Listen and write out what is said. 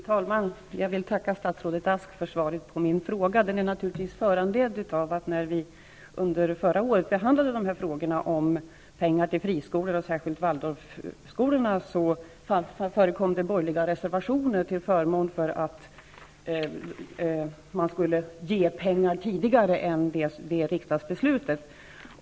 Fru talman! Jag vill tacka statsrådet Ask för svaret på min fråga. Frågan är naturligtvis föranledd av det faktum, att när riksdagen förra året behandlade frågorna om pengar till friskolor, och då särskilt till Waldorfskolorna, förekom borgerliga reservationer till förmån för att man skulle anslå pengar tidigare än vad som angavs i riksdagsbeslutet.